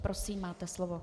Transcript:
Prosím, máte slovo.